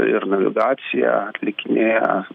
ir navigacija atlikinėja